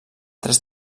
tres